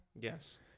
Yes